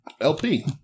LP